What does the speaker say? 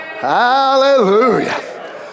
Hallelujah